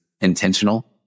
intentional